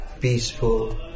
peaceful